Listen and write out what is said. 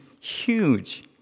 huge